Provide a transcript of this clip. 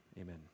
Amen